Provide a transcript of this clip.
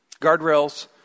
Guardrails